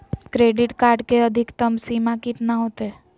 Credit card के अधिकतम सीमा कितना होते?